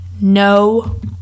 no